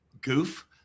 goof